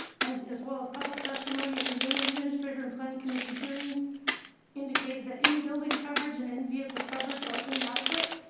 and as well as public testimony at the zoning administrator and planning commission hearing indicated that in building coverage and in vehicle coverage are inadequate.